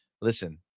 Listen